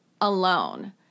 alone